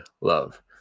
love